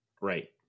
Right